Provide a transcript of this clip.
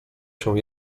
się